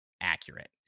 accurate